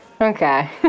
okay